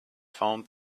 found